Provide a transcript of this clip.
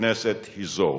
הכנסת היא זו